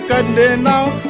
and were no